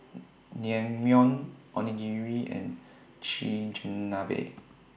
Naengmyeon Onigiri and Chigenabe